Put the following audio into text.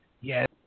Yes